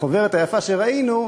החוברת היפה שראינו,